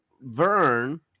Vern